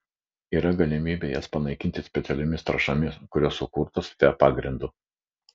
yra galimybė jas panaikinti specialiomis trąšomis kurios sukurtos fe pagrindu